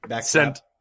sent